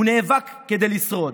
הוא נאבק כדי לשרוד.